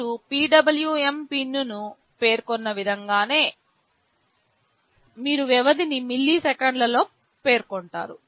మీరు PWM pin పేర్కొన్న విధంగానే మీరు వ్యవధిని మిల్లీసెకన్లలో పేర్కొంటారు